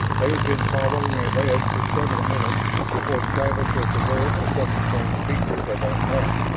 they had been following a ledge for several minutes before travis was aware of some strange features of that path.